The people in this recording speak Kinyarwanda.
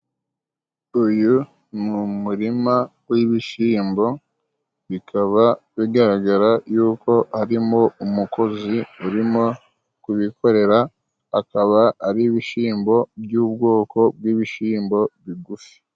Uyu ni umurima w'ibishimbo, bikaba bigaragara yuko harimo umukozi urimo kubikorera. Akaba ari ibishimbo by'ubwoko bw'ibishimbo bigufi.